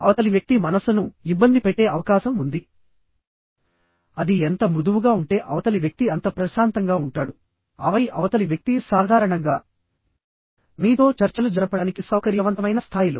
అవతలి వ్యక్తి మనస్సును ఇబ్బంది పెట్టే అవకాశం ఉంది అది ఎంత మృదువుగా ఉంటే అవతలి వ్యక్తి అంత ప్రశాంతంగా ఉంటాడు ఆపై అవతలి వ్యక్తి సాధారణంగా మీతో చర్చలు జరపడానికి సౌకర్యవంతమైన స్థాయిలో